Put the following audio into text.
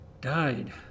died